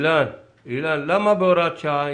אם הפחתתם, למה בהוראת שעה?